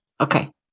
okay